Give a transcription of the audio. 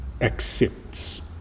accepts